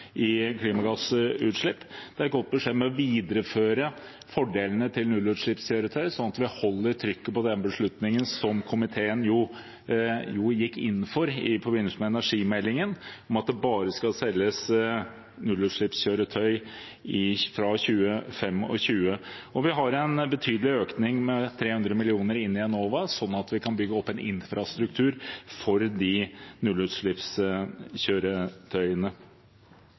i klimagassutslipp. Det er et godt budsjett for å videreføre fordelene med nullutslippskjøretøy, slik at vi holder trykket på den beslutningen som komiteen tok i forbindelse med energimeldingen, at det skal selges bare nullutslippskjøretøy fra 2025. Vi har en betydelig økning, på 300 mill. kr, til Enova, slik at vi kan bygge opp en infrastruktur for nullutslippskjøretøyene.